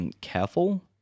Careful